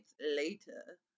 later